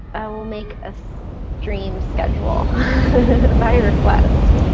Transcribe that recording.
i will make a stream schedule my request.